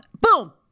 Boom